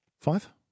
five